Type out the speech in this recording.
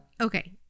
Okay